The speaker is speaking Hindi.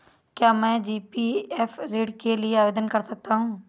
क्या मैं जी.पी.एफ ऋण के लिए आवेदन कर सकता हूँ?